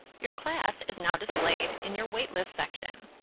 your class is now displayed in your waitlist section.